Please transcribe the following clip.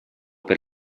per